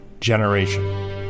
Generation